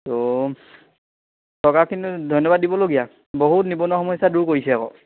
ত' চৰকাৰখিনি ধন্যবাদ দিবলগীয়া বহুত নিৱনুবা সমস্যা দূৰ কৰিছে আকৌ